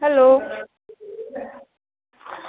hello